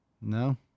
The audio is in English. No